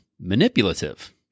manipulative